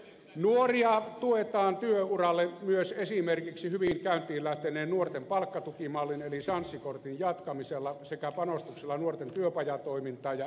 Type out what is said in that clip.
nuoria tuetaan työuralle myös esimerkiksi hyvin käyntiin lähteneen nuorten palkkatukimallin eli sanssi kortin jatkamisella sekä panostuksilla nuorten työpajatoimintaan ja etsivään nuorisotyöhön